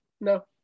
No